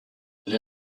les